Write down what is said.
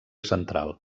central